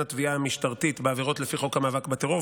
התביעה המשטרתית בעבירות לפי חוק המאבק בטרור,